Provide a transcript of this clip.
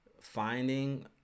finding